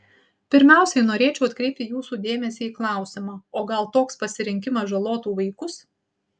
pirmiausiai norėčiau atkreipti jūsų dėmesį į klausimą o gal toks pasirinkimas žalotų vaikus